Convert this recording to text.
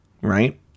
right